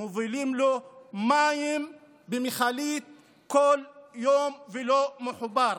מובילים אליו מים במכלית כל יום והוא לא מחובר.